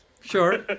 Sure